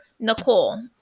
Nicole